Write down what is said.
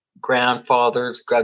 grandfathers